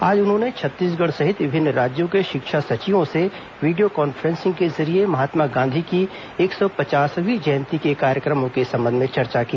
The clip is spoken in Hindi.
आज उन्होंने छत्तीसगढ़ सहित विभिन्न राज्यों के शिक्षा सचिवों से वीडियो कॉन्फ्रेंसिंग के जरिये महात्मा गांधी की एक सौ पचासवीं जयंती के कार्यक्रमों के संबंध में चर्चा की